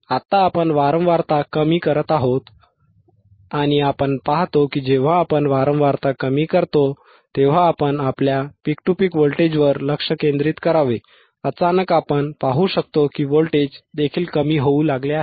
आता आपण वारंवारता कमी करत आहोत आणि आपण पाहतो की जेव्हा आपण वारंवारता कमी करतो तेव्हा आपण आपल्या पीक टू पीक व्होल्टेजवर लक्ष केंद्रित करावे अचानक आपण पाहू शकता की व्होल्टेज देखील कमी होऊ लागले आहे